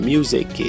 Music